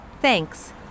Thanks